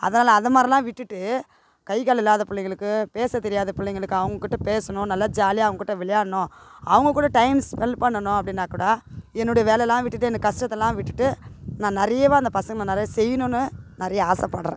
அதனால் அதை மாதிரிலாம் விட்டுட்டு கை கால் இல்லாத பிள்ளைகளுக்கு பேச தெரியாத பிள்ளைங்களுக்கு அவங்கக்கிட்ட பேசணும் நல்லா ஜாலியாக அவங்கக்கிட்ட விளையாடணும் அவங்க கூட டைம் ஸ்பெல் பண்ணணும் அப்படின்னா கூட என்னுடைய வேலைலாம் விட்டுட்டு என் கஷ்டத்தலாம் விட்டுட்டு நான் நெறைய அந்த பசங்களை நிறைய செய்யணுன்னு நிறைய ஆசைப்பட்றேன்